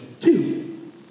Two